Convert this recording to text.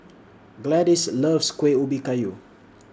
Gladyce loves Kueh Ubi Kayu